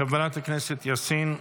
חברת הכנסת יאסין,